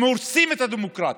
הם הורסים את הדמוקרטיה.